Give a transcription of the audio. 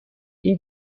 این